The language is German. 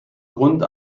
grund